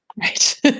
Right